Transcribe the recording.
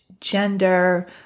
gender